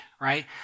right